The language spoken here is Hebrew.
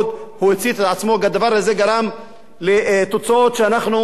והדבר הזה גרם לתוצאות שאנחנו עדים להן עד היום.